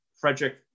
Frederick